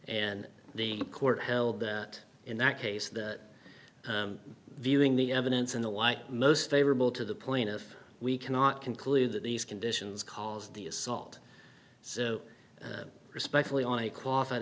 and the court held that in that case that viewing the evidence in the white most favorable to the plaintiff we cannot conclude that these conditions caused the assault so respectfully on a qualified